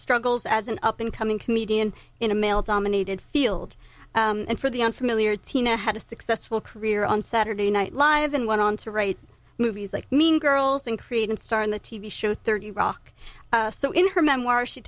struggles as an up and coming comedian in a male dominated field and for the unfamiliar tina had a successful career on saturday night live and went on to write movies like mean girls and create and star in the t v show thirty rock so in her memoir she